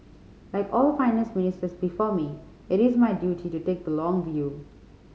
like all Finance Ministers before me it is my duty to take the long view